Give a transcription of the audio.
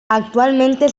actualmente